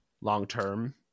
long-term